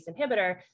inhibitor